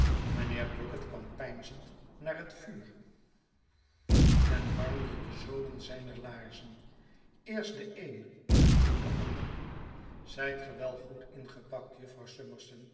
mijnheer i bucket kwam peinzend naar het vuur en warmde es the r met mijnheer bucket op reis de zolen zijner laarzen eerst de een en toen de ander zijt ge wel goed ingepakt jufvrouw